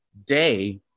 Day